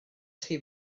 chi